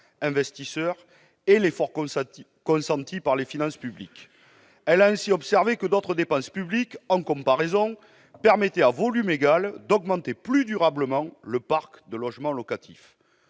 investisseurs et l'effort consenti par les finances publiques. Elle a ainsi observé que d'autres dépenses publiques permettaient, à volume égal, d'augmenter plus durablement le parc de logements locatifs.